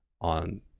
on